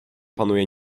panuje